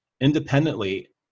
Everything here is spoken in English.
independently